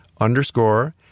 underscore